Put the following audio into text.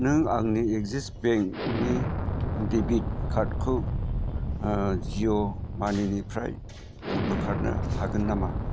नों आंनि Axis bank नि डेबिट कार्ड खौ जिअ' मानिनिफ्राय बोखारनो हागोन नामा